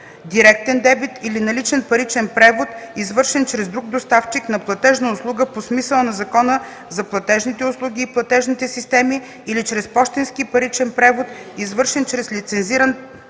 директен дебит или наличен паричен превод, извършен чрез друг доставчик на платежна услуга по смисъла на Закона за платежните услуги и платежните системи, или чрез пощенски паричен превод, извършен чрез лицензиран